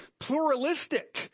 pluralistic